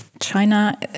China